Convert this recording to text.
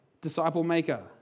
disciple-maker